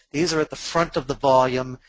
these are at the front of the volume.